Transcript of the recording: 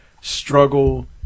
struggle